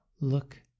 Look